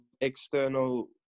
external